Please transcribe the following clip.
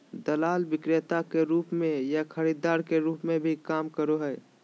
दलाल विक्रेता के रूप में या खरीदार के रूप में भी काम करो हइ